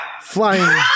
flying